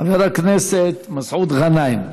חבר הכנסת מסעוד גנאים.